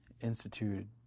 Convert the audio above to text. instituted